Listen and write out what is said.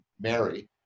Mary